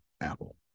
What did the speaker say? Apple